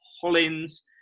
Hollins